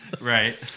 right